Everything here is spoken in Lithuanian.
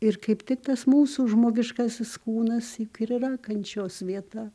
ir kaip tik tas mūsų žmogiškasis kūnas juk ir yra kančios vieta